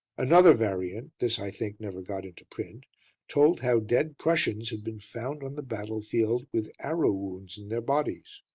another variant this, i think, never got into print told how dead prussians had been found on the battlefield with arrow wounds in their bodies.